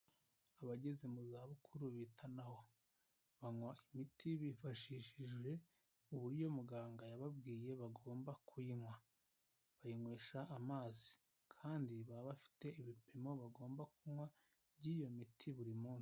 Abageze mu zabukuru bitanaho, banywa imiti bifashishije uburyo muganga yababwiye bagomba kuyinywa, bayinywesha amazi kandi baba bafite ibipimo bagomba kunywa by'iyo miti buri munsi.